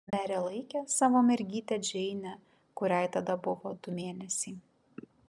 merė laikė savo mergytę džeinę kuriai tada buvo du mėnesiai